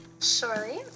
Surely